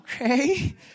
okay